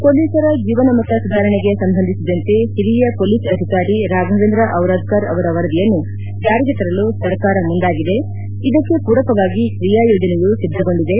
ಮೊಲೀಸರ ಜೀವನಮಟ್ಟ ಸುಧಾರಣೆಗೆ ಸಂಬಂಧಿಸಿದಂತೆ ಹಿರಿಯ ಪೊಲೀಸ್ ಅಧಿಕಾರಿ ರಾಘವೇಂದ್ರ ಹಿರಾದ್ಕಾರ್ ಅವರ ವರದಿಯನ್ನು ಜಾರಿಗೆ ತರಲು ಸರ್ಕಾರ ಮುಂದಾಗಿದೆ ಇದಕ್ಕೆ ಪೂರಕವಾಗಿ ಕ್ರಿಯಾ ಯೋಜನೆಯೂ ಸಿದ್ದಗೊಂಡಿದೆ